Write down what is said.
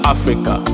Africa